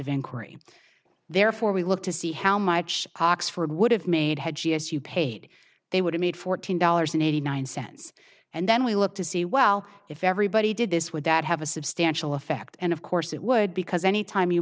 inquiry therefore we look to see how much oxford would have made had yes you paid they would have made fourteen dollars and eighty nine cents and then we looked to see well if everybody did this would that have a substantial effect and of course it would because any time you